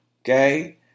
okay